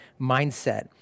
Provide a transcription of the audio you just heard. mindset